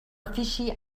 ofici